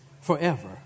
forever